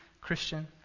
Christian